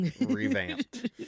revamped